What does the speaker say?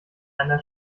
einer